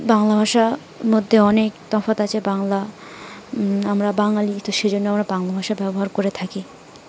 বাংলা ভাষার মধ্যে অনেক তফাত আছে বাংলা আমরা বাঙালি তো সেইজন্য আমরা বাংলা ভাষা ব্যবহার করে থাকি